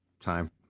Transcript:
time